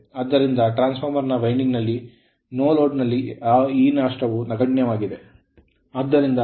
ಆದ್ದರಿಂದ transformer ನ winding ನಲ್ಲಿ ನೋಲೋಡ್ ನಲ್ಲಿ ಈ ನಷ್ಟವು ನಗಣ್ಯವಾಗಿದೆ